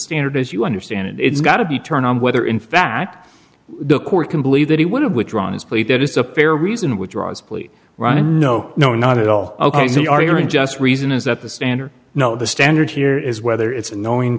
standard as you understand it it's got to be turned on whether in fact the court can believe that he would have withdrawn his plea that is a fair reason which was please run a no no not at all ok so the argument just reason is that the standard now the standard here is whether it's a knowing